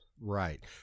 Right